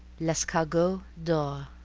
l'escargot d'or